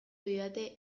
didate